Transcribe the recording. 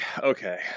okay